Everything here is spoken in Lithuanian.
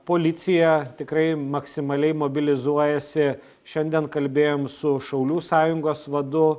policija tikrai maksimaliai mobilizuojasi šiandien kalbėjom su šaulių sąjungos vadu